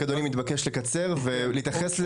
רק אדוני מתבקש לקצר ולהתייחס,